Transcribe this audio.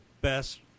best